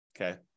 Okay